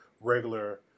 regular